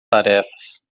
tarefas